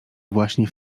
właśnie